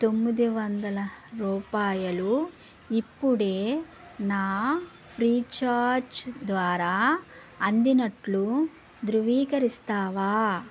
తొమ్మిదివందల రూపాయలు ఇప్పుడే నా ఫ్రీచార్జ్ ద్వారా అందినట్లు ధృవీకరిస్తావా